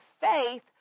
Faith